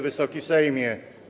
Wysoki Sejmie!